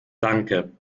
danke